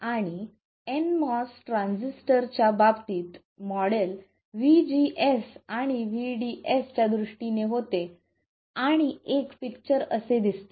आता nMOS ट्रान्झिस्टरच्या बाबतीत मॉडेल vGS आणि vDSच्या दृष्टीने होते आणि एक पिक्चर असे दिसते